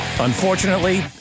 Unfortunately